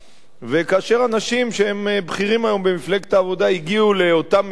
וכאשר אנשים שהם בכירים היום במפלגת העבודה הגיעו לאותם מקומות,